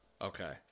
Okay